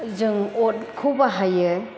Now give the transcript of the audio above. जों अरखौ बाहायो